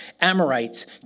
Amorites